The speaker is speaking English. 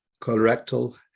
colorectal